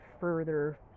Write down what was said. further